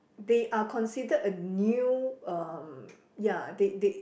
they are considerd a new um ya they they